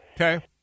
Okay